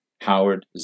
Howard